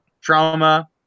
Trauma